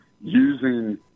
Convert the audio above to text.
using